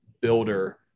builder